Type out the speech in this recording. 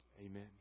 Amen